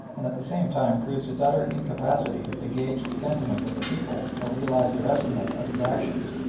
and at the same time proves his utter incapacity to gauge the sentiments of the people or realise their estimate of his actions.